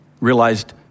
realized